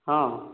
ହଁ